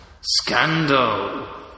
Scandal